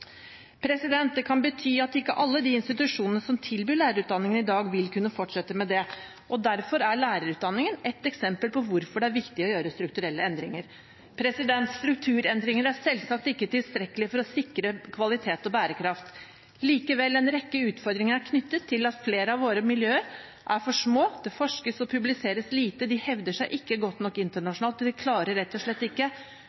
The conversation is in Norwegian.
master. Det kan bety at ikke alle de institusjonene som tilbyr lærerutdanningen i dag, vil kunne fortsette med det, og derfor er lærerutdanningen ett eksempel på hvorfor det er viktig å gjøre strukturelle endringer. Strukturendringer er selvsagt ikke tilstrekkelig for å sikre kvalitet og bærekraft. Likevel: En rekke utfordringer er knyttet til at flere av våre miljøer er for små, det forskes og publiseres lite, de hevder seg ikke godt nok internasjonalt, og de klarer rett og slett heller ikke